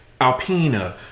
Alpina